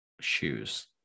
shoes